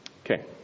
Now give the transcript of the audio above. Okay